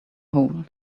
hole